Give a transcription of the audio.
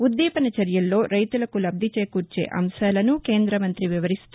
ఉద్దీపన చర్యల్లో రైతులకు లబ్ది చేకూర్చే అంశాలను కేందమంతి వివరిస్తూ